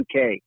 UK